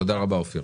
תודה רבה, אופיר.